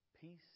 peace